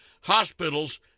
hospitals